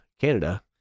Canada